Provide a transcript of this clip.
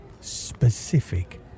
specific